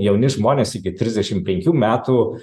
jauni žmonės iki trisdešimt penkių metų